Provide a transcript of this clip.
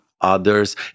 others